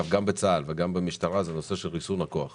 בצה"ל וגם במשטרה - זה נושא של ריסון הכוח